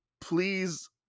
Please